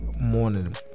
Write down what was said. morning